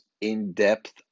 in-depth